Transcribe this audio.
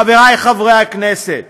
חבריי חברי הכנסת,